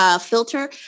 filter